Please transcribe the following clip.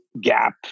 gap